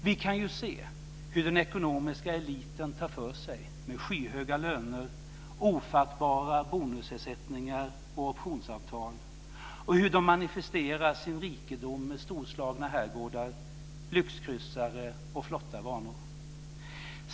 Vi kan se hur den ekonomiska eliten tar för sig med skyhöga löner, ofattbara bonusersättningar och optionsavtal och hur de manifesterar sin rikedom med storslagna herrgårdar, lyxkryssare och flotta vanor.